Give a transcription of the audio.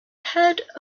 heard